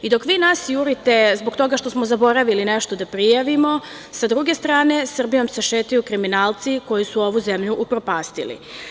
I dok vi nas jurite zbog toga što smo zaboravili nešto da prijavimo, sa druge strane Srbijom se šetaju kriminalci koji su ovu zemlju upropastili.